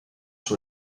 sur